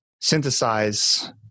synthesize